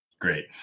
Great